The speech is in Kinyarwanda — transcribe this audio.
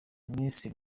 miss